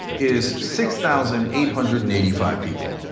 is six thousand eight hundred and eighty five people.